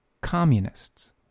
communists